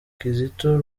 kizito